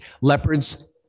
Leopards